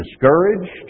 discouraged